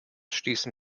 stießen